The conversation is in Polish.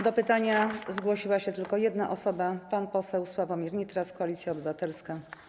Do pytania zgłosiła się tylko jedna osoba, pan poseł Sławomir Nitras, Koalicja Obywatelska.